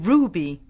Ruby